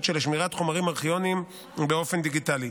של שמירת חומרים ארכיוניים באופן דיגיטלי.